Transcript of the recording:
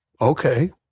okay